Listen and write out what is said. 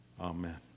Amen